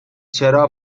چرا